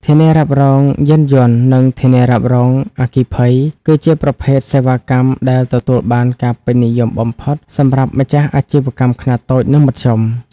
ធានារ៉ាប់រងយានយន្ត និងធានារ៉ាប់រងអគ្គិភ័យ គឺជាប្រភេទសេវាកម្មដែលទទួលបានការពេញនិយមបំផុតសម្រាប់ម្ចាស់អាជីវកម្មខ្នាតតូច និងមធ្យម ។